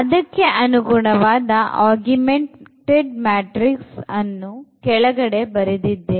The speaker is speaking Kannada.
ಅದಕ್ಕೆ ಅನುಗುಣವಾದ augumented matrix ಅನ್ನು ಕೆಳಗೆ ಬರೆದಿದ್ದೇನೆ